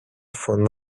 von